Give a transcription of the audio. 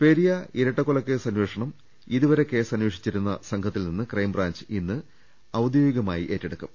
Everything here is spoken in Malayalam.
പെരിയ ഇരട്ടക്കൊലക്കേസ് അന്വേഷണം ഇതുവരെ കേസ് അന്വേ ഷിച്ചിരുന്ന സംഘത്തിൽ നിന്ന് ക്രൈബ്രാഞ്ച് ഇന്ന് ഔദ്യോഗിക മായി ഏറ്റെടുക്കും